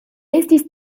estis